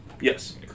Yes